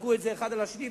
זרקו את זה אחד על השני,